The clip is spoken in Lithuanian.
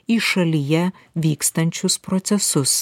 į šalyje vykstančius procesus